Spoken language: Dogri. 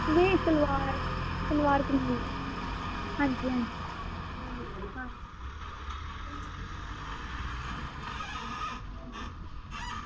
नेईं सलोआर सलोआर कमीज़ हां जी हां जी हां